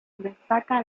destaca